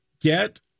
Get